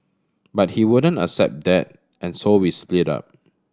but he wouldn't accept that and so we split up